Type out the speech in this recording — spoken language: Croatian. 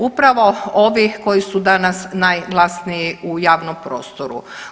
Upravo ovi koji su danas najglasniji u javnom prostoru.